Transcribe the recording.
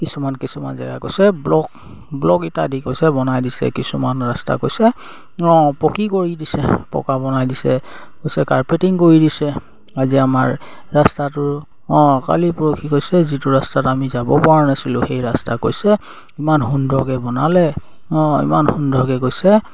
কিছুমান কিছুমান জেগা কৈছে ব্লক ব্লগ ইটা দি কৈছে বনাই দিছে কিছুমান ৰাস্তা কৈছে অঁ পকী কৰি দিছে পকা বনাই দিছে কৈছে কাৰ্পেটিং কৰি দিছে আজি আমাৰ ৰাস্তাটোৰ অঁ কালি পৰহি কৈছে যিটো ৰাস্তাত আমি যাব পৰা নাছিলোঁ সেই ৰাস্তা কৈছে ইমান সুন্দৰকে বনালে অঁ ইমান সুন্দৰকে কৈছে